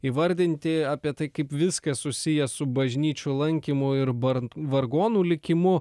įvardinti apie tai kaip viskas susiję su bažnyčių lankymu ir barnt vargonų likimu